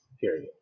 period